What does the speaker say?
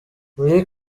muri